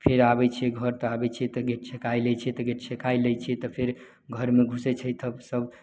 फेर आबय छियै घर तऽ आबय छियै तऽ गेट छेकाइ लै छियै तऽ गेट छेकाइ लै छियै तऽ फेर घरमे घुसय छै तब सब